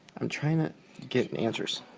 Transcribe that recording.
i'm trying to get and answers.